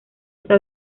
está